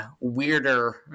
weirder